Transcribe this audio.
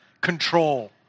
control